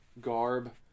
garb